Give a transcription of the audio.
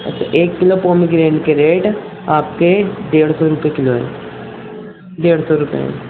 اچھا ایک kilo pomegranate کے ریٹ آپ کے ڈیڑھ سو روپے کلو ہے ڈیڑھ سو روپے ہیں